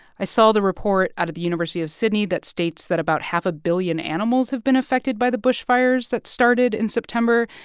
i saw the report out of the university of sydney that states that about half a billion animals have been affected by the bushfires that started in september,